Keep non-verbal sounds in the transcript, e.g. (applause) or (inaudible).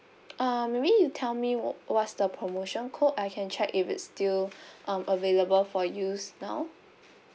uh maybe you tell me wh~ what's the promotion code I can check if it's still (breath) um available for use now